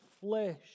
flesh